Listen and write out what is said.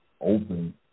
open